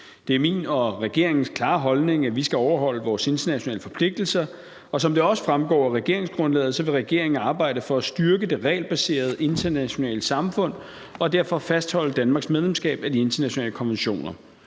Det er min og regeringens klare holdning, at vi skal overholde vores internationale forpligtelser, og som det også fremgår af regeringsgrundlaget, vil regeringen arbejde for at styrke det regelbaserede internationale samfund og derfor fastholde Danmarks medlemskab af de internationale konventioner.